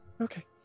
Okay